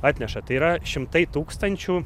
atneša tai yra šimtai tūkstančių